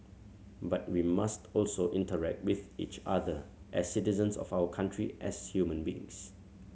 but we must also interact with each other as citizens of our country as human beings